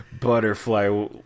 butterfly